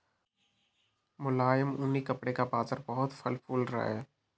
मुलायम ऊनी कपड़े का बाजार बहुत फल फूल रहा है